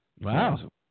Wow